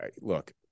look